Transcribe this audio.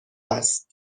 است